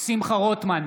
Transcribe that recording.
שמחה רוטמן,